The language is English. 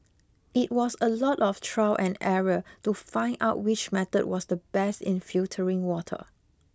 it was a lot of trial and error to find out which method was the best in filtering water